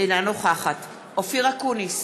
אינה נוכחת אופיר אקוניס,